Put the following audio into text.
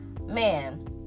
Man